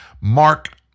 Mark